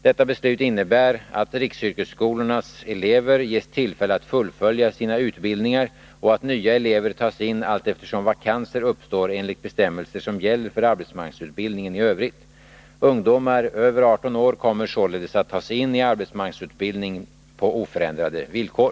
Detta beslut innebär att riksyrkesskolornas elever ges tillfälle att fullfölja sina utbildningar och att nya elever tas in allteftersom vakanser uppstår, enligt bestämmelser som gäller för arbetsmarknadsutbildningen i övrigt. Ungdomar över 18 år kommer således att tas in i arbetsmarknadsutbildning på oförändrade villkor.